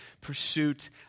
pursuit